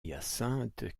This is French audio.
hyacinthe